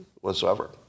whatsoever